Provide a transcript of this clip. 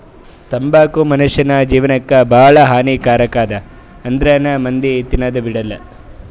ತಂಬಾಕು ಮುನುಷ್ಯನ್ ಜೇವನಕ್ ಭಾಳ ಹಾನಿ ಕಾರಕ್ ಅದಾ ಆಂದ್ರುನೂ ಮಂದಿ ತಿನದ್ ಬಿಡಲ್ಲ